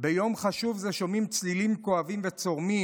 ביום חשוב זה שומעים צלילים כואבים וצורמים.